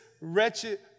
Wretched